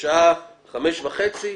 בשעה 17:30 לספירה.